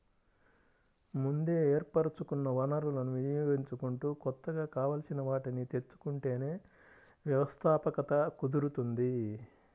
ముందే ఏర్పరచుకున్న వనరులను వినియోగించుకుంటూ కొత్తగా కావాల్సిన వాటిని తెచ్చుకుంటేనే వ్యవస్థాపకత కుదురుతుంది